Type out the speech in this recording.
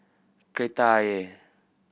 Kreta Ayer